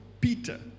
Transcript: peter